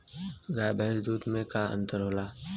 गाय भैंस के दूध में का अन्तर होला?